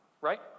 Right